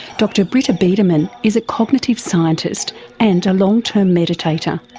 dr britta biedermann is a cognitive scientist and a long term meditator.